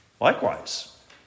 Likewise